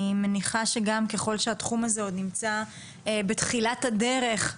אני מניחה שככל שהתחום הזה עוד נמצא בתחילת הדרך,